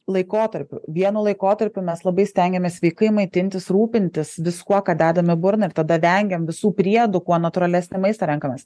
laikotarpių vienu laikotarpiu mes labai stengiamės sveikai maitintis rūpintis viskuo ką dedam į burną ir tada vengiam visų priedų kuo natūralesnį maistą renkamės